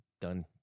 done